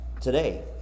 today